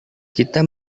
kita